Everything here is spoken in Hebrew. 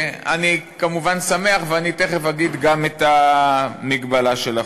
אני כמובן שמח, ואני תכף אגיד את המגבלה של החוק.